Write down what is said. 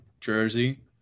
jersey